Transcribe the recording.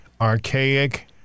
archaic